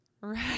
Right